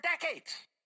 decades